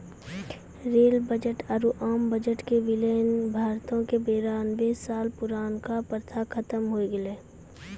rail budget आरु आम budget के विलय ने भारतो के बेरानवे साल पुरानका प्रथा खत्म होय गेलै